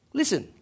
listen